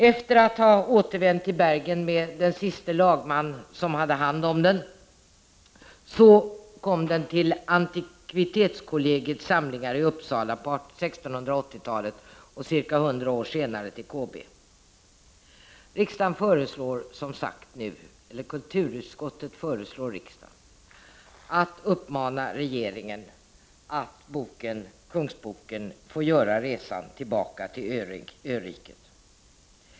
Efter att ha återvänt till Bergen med den siste lagmannen som hade hand om den kom den till Antikvitetskollegiets samlingar i Uppsala på 1680-talet och ca 100 år senare till KB. Kulturutskottet föreslår nu riksdagen att uppmana regeringen att Kungsboken får göra resan tillbaka till öriket.